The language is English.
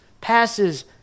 passes